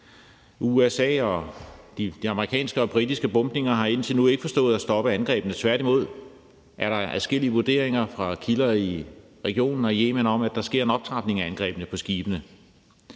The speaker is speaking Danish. De amerikanske og britiske bombninger har indtil nu ikke formået at stoppe angrebene. Tværtimod er der adskillige vurderinger fra kilder i regionen og i Yemen om, at der sker en optrapning af angrebene på skibene.